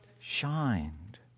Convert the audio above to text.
shined